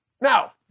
Now